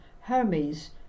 Hermes